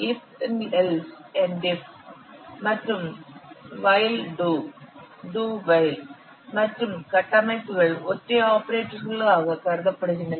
if then else endif மற்றும் while do do while மற்றும் கட்டமைப்புகள் ஒற்றை ஆபரேட்டர்களாக கருதப்படுகின்றன